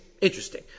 Interesting